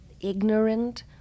ignorant